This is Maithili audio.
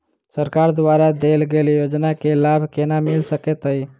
सरकार द्वारा देल गेल योजना केँ लाभ केना मिल सकेंत अई?